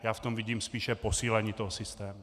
Já v tom vidím spíše posílení toho systému.